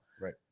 right